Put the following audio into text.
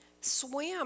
swim